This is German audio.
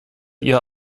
ihr